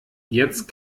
jetzt